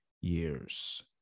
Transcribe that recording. years